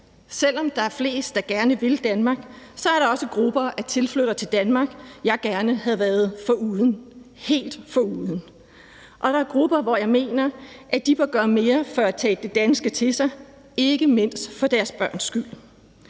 Selv om der er flest, der gerne vil Danmark, er der også grupper af tilflyttere til Danmark, jeg gerne havde været foruden – helt foruden. Og der er grupper, jeg mener bør gøre mere for at tage det danske til sig, ikke mindst for deres børns skyld.